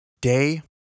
Day